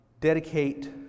dedicate